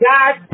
God